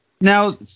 Now